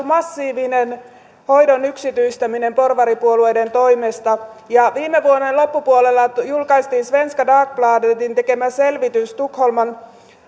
massiivinen hoidon yksityistäminen porvaripuolueiden toimesta ja viime vuoden loppupuolella julkaistiin svenska dagbladetin tekemä selvitys tukholman